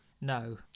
No